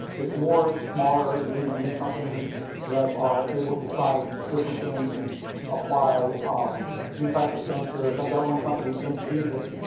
it's more smaller lean and mean companies that are able to try different things and apply um new types of sensors. i've got one company, genestesis.